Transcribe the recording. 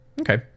Okay